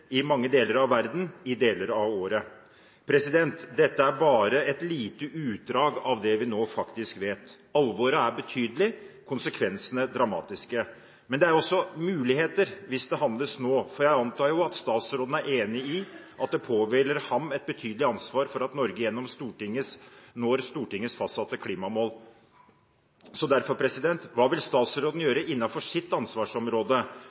i mange deler av verden i deler av året. Dette er bare et lite utdrag av det vi nå faktisk vet. Alvoret er betydelig og konsekvensene dramatiske. Men det er også muligheter hvis det handles nå, for jeg antar jo at statsråden er enig i at det påhviler ham et betydelig ansvar for at Norge når Stortingets fastsatte klimamål. Så derfor: Hva vil statsråden gjøre innenfor sitt ansvarsområde